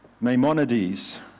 Maimonides